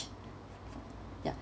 ya